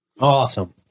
Awesome